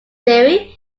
theory